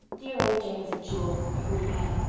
dear old jane is a jewel, agreed anne,